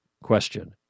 question